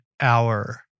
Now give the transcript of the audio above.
hour